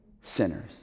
sinners